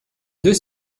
deux